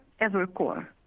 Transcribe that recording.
Evercore